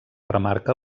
remarca